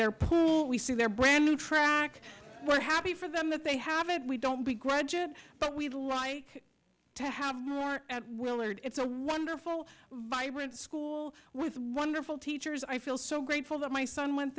there we see their brand new track we're happy for them that they have it we don't begrudge it but we'd like to have more willard it's a wonderful vibrant school with wonderful teachers i feel so grateful that my son went